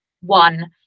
one